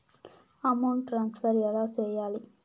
amount transfer ఎలా సేయాలి